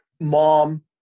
mom